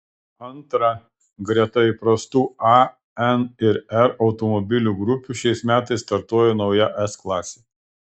antra greta įprastų a n ir r automobilių grupių šiais metais startuos nauja s klasė